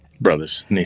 Brothers